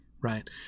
Right